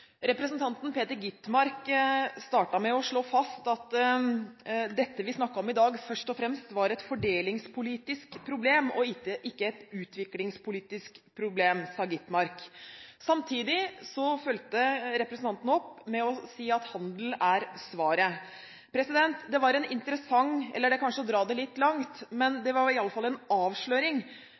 Representanten Peter Skovholt Gitmark startet med å slå fast at det vi snakker om i dag, først og fremst er et fordelingspolitisk problem og ikke et utviklingspolitisk problem. Samtidig fulgte representanten opp med å si at handel er svaret. Det var interessant – det er kanskje å dra det litt langt, men det var i alle fall en avsløring